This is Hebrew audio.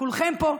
מכולכם פה,